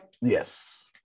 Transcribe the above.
Yes